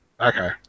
Okay